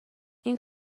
این